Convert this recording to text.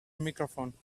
microphone